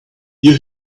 you